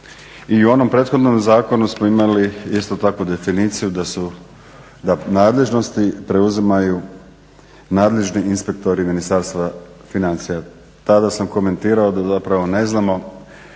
I u onom prethodnom zakonu smo imali isto tako definiciju da nadležnosti preuzimaju nadležni inspektori Ministarstva financija. Tada sam komentirao da zapravo ne znamo